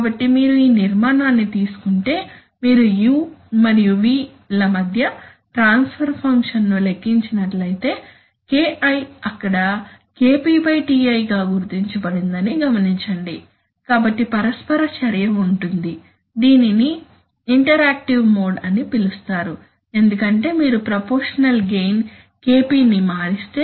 కాబట్టి మీరు ఈ నిర్మాణాన్ని తీసుకుంటే మీరు U మరియు v ల మధ్య ట్రాన్స్ఫర్ ఫంక్షన్ను లెక్కించినట్లయితే KI అక్కడ KP TI గా గుర్తించబడిందని గమనించండి కాబట్టి పరస్పర చర్య ఉంది దీనిని ఇంటరాక్టివ్ మోడ్ అని పిలుస్తారు ఎందుకంటే మీరు ప్రపోర్షషనల్ గెయిన్ KP ని మారిస్తే